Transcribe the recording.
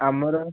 ଆମର